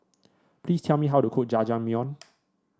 please tell me how to cook Jajangmyeon